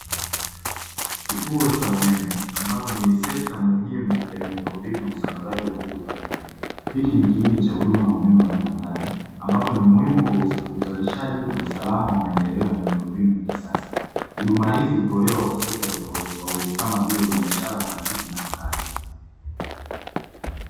Kituo cha umeme ambapo ni sekta muhimu ya miundombinu ya usambazaji nguvu za umeme, hiki ni kiini cha uzalishaji na usalama wa maendeleo miundo mbinu ya kisasa, huduma hizi hutolewa kwa sekta tofauti tofauti kama vile biashara taasisi na makazi.